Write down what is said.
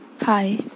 Hi